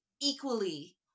equally